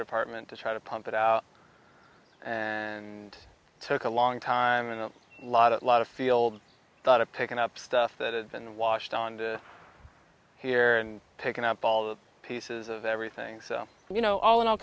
department to try to pump it out and took a long time and a lot lot of field thought of picking up stuff that had been washed on to here and picking up all the pieces of everything so you know all in all